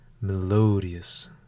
melodious